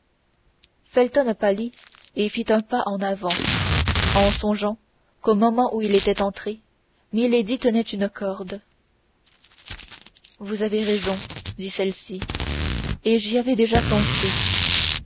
felton pâlit et fit un pas en avant en songeant qu'au moment où il était entré milady tenait une corde vous avez raison dit celle-ci et j'y avais déjà pensé